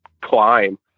climb